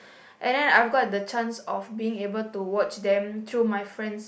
and then I've got the chance of being able to watch them through my friends